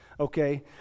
okay